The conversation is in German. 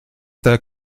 der